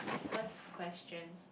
first question